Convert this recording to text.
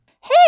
Hey